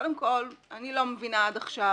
קודם כל, אני לא מבינה עד עכשיו